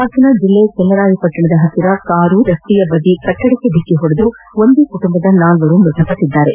ಹಾಸನ ಜಿಲ್ಲೆ ಚನ್ನರಾಯಪಟ್ಟಣ ಬಳಿ ಕಾರೊಂದು ರಸ್ತೆ ಬದಿಯ ಕಟ್ಟಡಕ್ಕೆ ದಿಕ್ಕಿ ಹೊಡೆದು ಒಂದೇ ಕುಟುಂಬದ ನಾಲ್ವರು ಮೃತಪಟ್ಟಿದ್ದಾರೆ